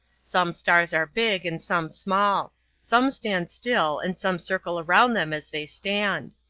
some stars are big and some small some stand still and some circle around them as they stand.